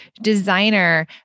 designer